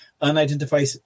unidentified